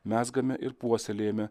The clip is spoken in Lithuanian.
mezgame ir puoselėjame